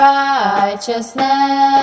righteousness